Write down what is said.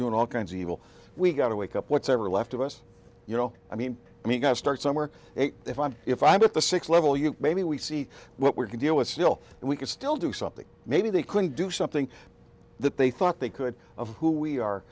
doing all kinds of evil we gotta wake up what's ever left of us you know i mean we gotta start somewhere if i'm if i'm at the six level you maybe we see what we can deal with still we can still do something maybe they can do something that they thought they could of who we are